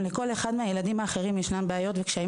לכל אחד מהילדים האחרים יש בעיות וקשיים